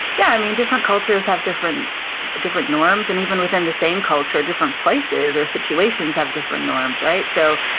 yeah. i mean different cultures have different different norms and even within the same culture, different places or situations have different norms, right? so,